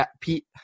Pete